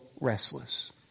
restless